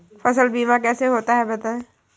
फसल बीमा कैसे होता है बताएँ?